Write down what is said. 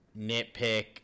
nitpick